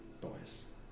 boys